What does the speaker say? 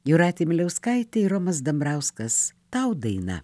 jūratei miliauskaitei romas dambrauskas tau daina